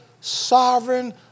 Sovereign